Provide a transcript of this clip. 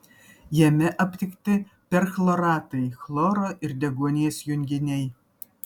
jame aptikti perchloratai chloro ir deguonies junginiai